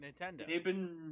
Nintendo